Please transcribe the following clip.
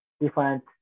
different